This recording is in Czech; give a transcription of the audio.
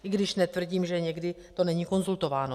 I když netvrdím, že někdy to není konzultováno.